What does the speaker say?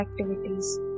activities